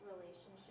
relationship